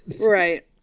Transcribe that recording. Right